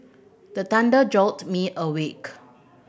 the thunder jolt me awake